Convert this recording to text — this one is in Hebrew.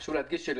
חשוב להדגיש,